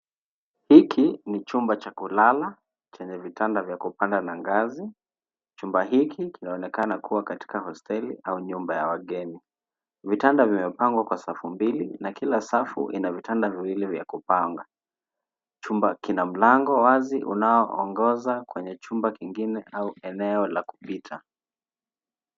Huku ni chumba cha kulala chenye vitanda vya kupanda ngazi. Chumba hiki kinaonekana kuwa katika hosteli au nyumba ya wageni Vitanda vimepangwa kwa safu mbili na kila safu ina vitanda viwili vya kupanga chumba kina mlango wazi unaoongoza kwenye chumba kingine au enea la kupita